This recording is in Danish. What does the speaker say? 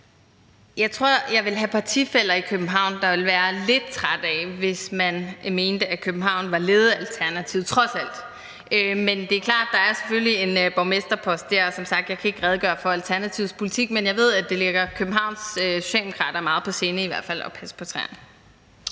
Jeg tror, at jeg ville have partifæller i København, der ville være lidt trætte af, hvis man mente, at København var ledet af Alternativet, trods alt. Men det er klart, at der selvfølgelig er en borgmesterpost dér. Som sagt kan jeg ikke redegøre for Alternativets politik, men jeg ved, at det i hvert fald ligger Socialdemokraterne i København meget på sinde at passe på træerne.